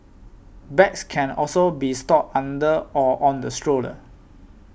bags can also be stored under or on the stroller